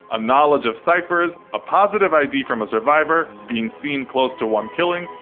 a knowledge of ciphers, a positive id from a survivor, being seen close to one killing,